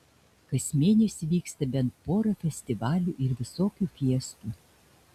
kas mėnesį vyksta bent pora festivalių ir visokių fiestų